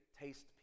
taste